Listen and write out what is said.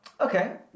Okay